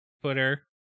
twitter